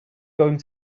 going